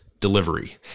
delivery